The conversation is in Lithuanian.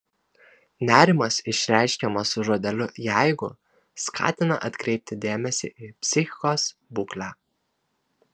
nerimas išreiškiamas su žodeliu jeigu skatina atkreipti dėmesį į psichikos būklę